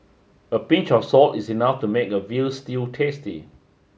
a pinch of salt is enough to make a veal stew tasty